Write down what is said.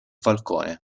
falcone